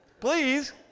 please